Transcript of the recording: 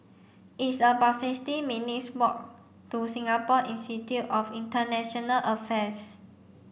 it's about sixty minutes' walk to Singapore Institute of International Affairs